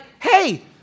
hey